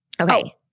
Okay